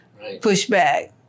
pushback